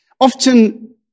Often